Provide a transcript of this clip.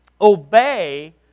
Obey